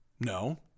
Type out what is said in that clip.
No